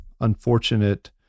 unfortunate